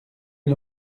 est